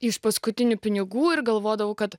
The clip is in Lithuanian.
iš paskutinių pinigų ir galvodavau kad